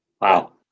Wow